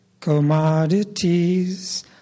Commodities